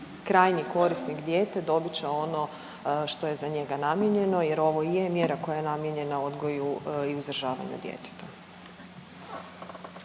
krajnji korisnik dijete, dobit će ono što je za njega namijenjeno jer ovo i je mjera koja je namijenjena odgoju i uzdržavanju djeteta.